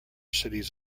cities